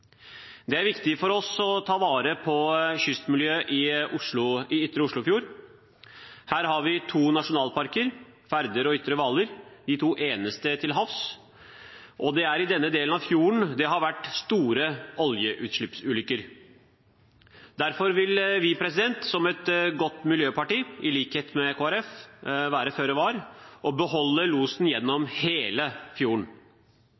Det er viktig for oss å ta vare på kystmiljøet i Ytre Oslofjord. Her har vi to nasjonalparker, Færder og Ytre Hvaler, de to eneste til havs, og det er i denne delen av fjorden det har vært store oljeutslippsulykker. Derfor vil vi som et godt miljøparti, i likhet med Kristelig Folkeparti, være føre var og beholde losen gjennom hele fjorden.